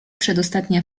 przedostatnia